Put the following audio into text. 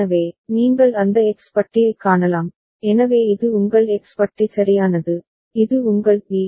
எனவே நீங்கள் அந்த எக்ஸ் பட்டியைக் காணலாம் எனவே இது உங்கள் எக்ஸ் பட்டி சரியானது இது உங்கள் பி